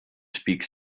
speaks